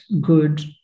good